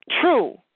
true